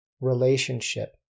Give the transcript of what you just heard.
relationship